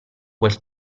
quel